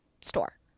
store